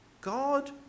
God